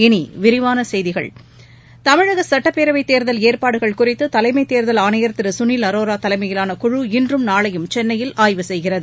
இனி விரிவான செய்திகள் தமிழக சட்டப் பேரவைத் தேர்தல் ஏற்பாடுகள் குறித்து தலைமைத் தேர்தல் ஆணையர் திரு சுனில் அரோரோ தலைமையிலான குழு இன்றும் நாளையும் சென்னையில் ஆய்வு செய்கிறது